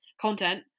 content